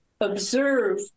observe